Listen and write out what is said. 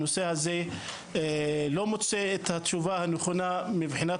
הנושא הזה לא מוצא את התשובה הנכונה מבחינת